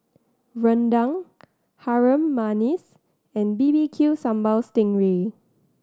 rendang Harum Manis and B B Q Sambal sting ray